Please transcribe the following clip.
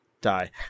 die